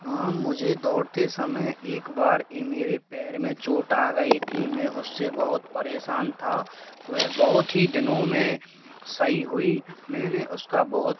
हाँ मुझे दौड़ते समय एक बार ये मेरे पैर में चोट आ गई थी मैं उससे बहुत परेशान था वे बहुत ही दिनों में सही हुई मैंने उसका बहुत